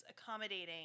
accommodating